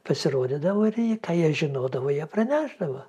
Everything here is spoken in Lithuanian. pasirodydavo ir ką jie žinodavo jie pranešdavo